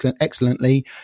excellently